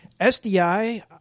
SDI